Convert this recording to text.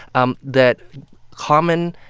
um that common,